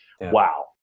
Wow